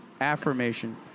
affirmation